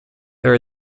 there